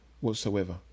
whatsoever